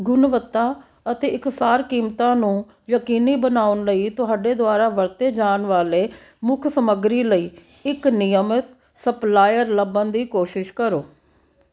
ਗੁਣਵੱਤਾ ਅਤੇ ਇਕਸਾਰ ਕੀਮਤਾਂ ਨੂੰ ਯਕੀਨੀ ਬਣਾਉਣ ਲਈ ਤੁਹਾਡੇ ਦੁਆਰਾ ਵਰਤੇ ਜਾਣ ਵਾਲੇ ਮੁੱਖ ਸਮੱਗਰੀ ਲਈ ਇੱਕ ਨਿਯਮਤ ਸਪਲਾਇਰ ਲੱਭਣ ਦੀ ਕੋਸ਼ਿਸ਼ ਕਰੋ